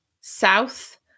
south